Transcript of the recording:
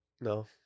No